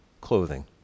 clothing